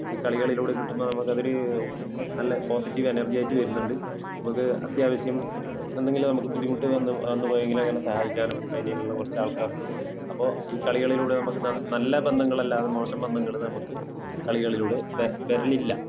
ഈ കളികളിലൂടെ കിട്ടുന്ന നമുക്ക് അതൊരു നല്ല പോസിറ്റീവ് എനർജി ആയിട്ട് വരുന്നുണ്ട് നമുക്ക് അത്യാവശ്യം എന്തെങ്കിലും നമുക്ക് ബുദ്ധിമുട്ട് വന്നു വന്നു പോയെങ്കിൽ ഇങ്ങനെ സഹായിക്കാനും അതിനു ഇതിനുമെല്ലാം കുറച്ച് ആൾക്കാർ അപ്പോൾ ഈ കളികളിലൂടെ നമ്മൾക്ക് നല്ല ബന്ധങ്ങൾ അല്ലാതെ മോശം ബന്ധങ്ങൾ നമുക്ക് കളികളിലൂടെ വരലില്ല